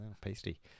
Pasty